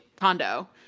condo